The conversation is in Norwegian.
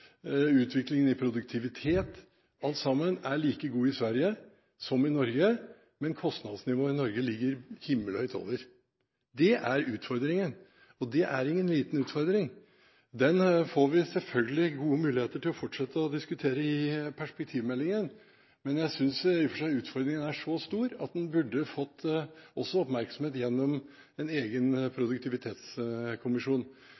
utviklingen i produktivitet – alt sammen – er like god i Sverige som i Norge, men kostnadsnivået i Norge ligger himmelhøyt over. Det er utfordringen, og det er ingen liten utfordring. Den får vi selvfølgelig gode muligheter til å fortsette å diskutere i perspektivmeldingen, men jeg synes i og for seg utfordringen er så stor at den også burde fått oppmerksomhet gjennom en egen